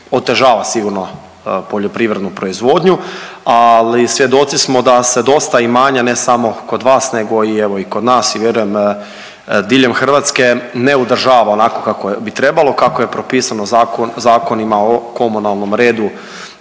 otežava sigurno poljoprivrednu proizvodnju, ali svjedoci smo da se dosta imanja ne samo kod vas nego i evo i kod nas i vjerujem diljem Hrvatske ne održava onako kako bi trebalo, kako je propisano Zakonima o komunalnom redu